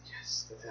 Yes